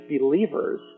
believers